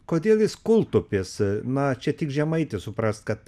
kodėl jis kūltupis na čia tik žemaitis supras kad